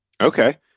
Okay